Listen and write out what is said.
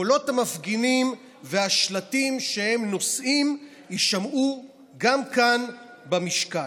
קולות המפגינים והשלטים שהם נושאים יישמעו גם כאן במשכן.